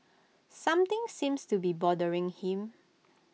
something seems to be bothering him